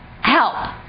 help